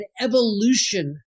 evolution